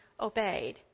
obeyed